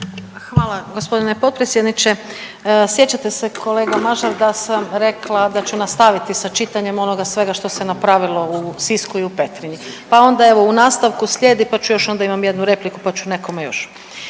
Hvala gospodine potpredsjedniče. Sjećate se kolega Mažar da sam rekla da ću nastaviti sa čitanjem onoga svega što se napravilo u Sisku i u Petrinji. Pa onda evo u nastavku slijedi, pa ću još onda imam jednu repliku pa ću nekome još.